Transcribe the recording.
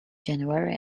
january